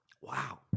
wow